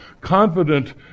Confident